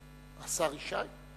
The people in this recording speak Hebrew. השר ישי?